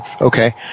Okay